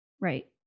right